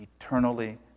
eternally